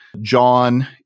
John